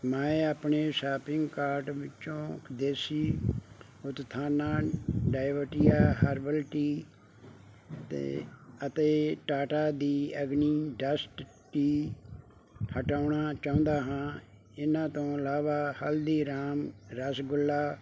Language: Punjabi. ਮੈਂ ਆਪਣੇ ਸ਼ਾਪਿੰਗ ਕਾਟ ਵਿੱਚੋਂ ਦੇਸੀ ਉਤਥਾਨਾ ਡਾਵਟੀਆ ਹਰਬਲ ਟੀ ਤੇ ਅਤੇ ਟਾਟਾ ਦੀ ਅਗਨੀ ਡਸਟ ਟੀ ਹਟਾਉਣਾ ਚਾਹੁੰਦਾ ਹਾਂ ਇਹਨਾਂ ਤੋਂ ਇਲਾਵਾ ਹਲਦੀਰਾਮ ਰਸਗੁੱਲਾ